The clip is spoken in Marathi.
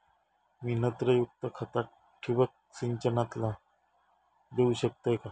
मी नत्रयुक्त खता ठिबक सिंचनातना देऊ शकतय काय?